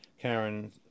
Karen